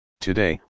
Today